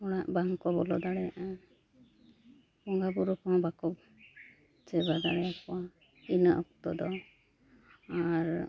ᱚᱲᱟᱜ ᱵᱟᱝᱠᱚ ᱵᱚᱞᱚ ᱫᱟᱲᱮᱭᱟᱜᱼᱟ ᱵᱚᱸᱜᱟᱼᱵᱩᱨᱩ ᱠᱚᱦᱚᱸ ᱵᱟᱠᱚ ᱥᱮᱵᱟ ᱫᱟᱲᱮᱭ ᱟᱠᱚᱣᱟ ᱤᱱᱟᱹ ᱚᱠᱛᱚ ᱫᱚ ᱟᱨ